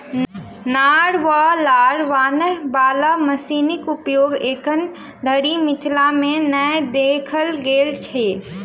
नार वा लार बान्हय बाला मशीनक उपयोग एखन धरि मिथिला मे नै देखल गेल अछि